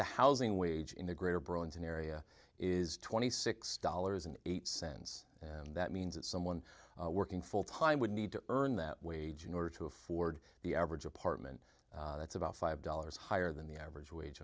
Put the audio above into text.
the housing wage in the greater bronzan area is twenty six dollars and eight cents and that means that someone working full time would need to earn that wage in order to afford the average apartment that's about five dollars higher than the average wage